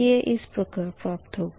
यह इस प्रकार प्राप्त होगा